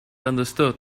understood